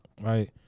right